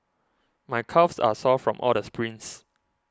my calves are sore from all the sprints